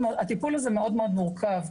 הטיפול הזה מאוד מורכב,